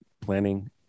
planning